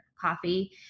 coffee